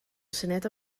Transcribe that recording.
syniad